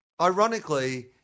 ironically